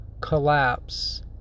collapse